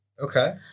okay